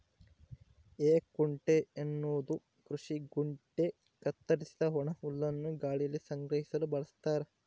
ಹೇಕುಂಟೆ ಎನ್ನುವುದು ಕೃಷಿ ಕುಂಟೆ ಕತ್ತರಿಸಿದ ಒಣಹುಲ್ಲನ್ನು ಗಾಳಿಯಲ್ಲಿ ಸಂಗ್ರಹಿಸಲು ಬಳಸ್ತಾರ